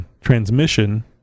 transmission